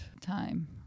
time